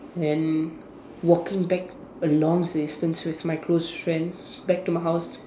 then walking back a long distance with my close friends back to my house